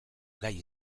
gai